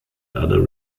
other